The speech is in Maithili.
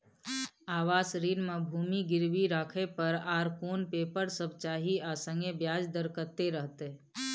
आवास ऋण म भूमि गिरवी राखै पर आर कोन पेपर सब चाही आ संगे ब्याज दर कत्ते रहते?